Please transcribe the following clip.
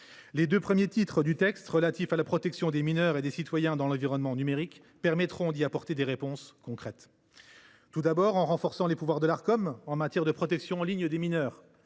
Les deux premiers titres du texte relatifs à la protection des mineurs et des citoyens dans l’environnement numérique permettront d’y apporter des réponses concrètes, notamment en renforçant les pouvoirs de l’Autorité de régulation de la